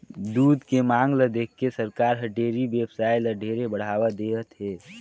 दूद के मांग ल देखके सरकार हर डेयरी बेवसाय ल ढेरे बढ़ावा देहत हे